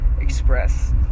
express